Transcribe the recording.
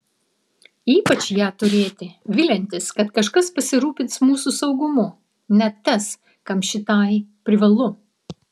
ypač ją turėti viliantis kad kažkas pasirūpins mūsų saugumu net tas kam šitai privalu